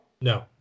No